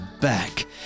back